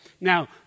Now